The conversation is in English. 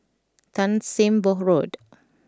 Tan Sim Boh Road